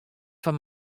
foar